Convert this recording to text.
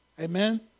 Amen